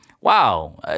wow